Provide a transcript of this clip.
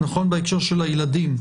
בהקשר של הילדים.